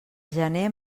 gener